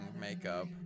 makeup